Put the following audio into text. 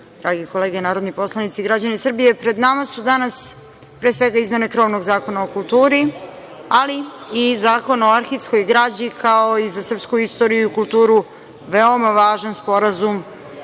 drage kolege narodni poslanici i građani Srbije, pred nama su danas pre svega izmene krovnog Zakona o kulturi, ali i Zakona o arhivskoj građi, kao i za srpsku istoriju i kulturu veoma važan sporazum